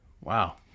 Wow